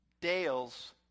Dale's